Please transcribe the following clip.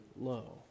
low